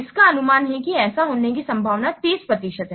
इसका अनुमान है कि ऐसा होने की संभावना 30 प्रतिशत है